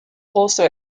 also